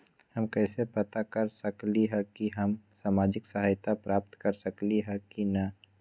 हम कैसे पता कर सकली ह की हम सामाजिक सहायता प्राप्त कर सकली ह की न?